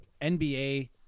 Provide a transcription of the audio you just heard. NBA